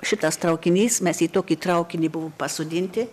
šitas traukinys mes į tokį traukinį buvom pasodinti